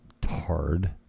tard